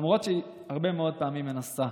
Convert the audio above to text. למרות שהרבה מאוד פעמים היא מנסה.